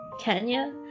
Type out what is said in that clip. Kenya